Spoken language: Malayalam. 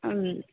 ഉം